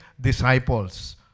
disciples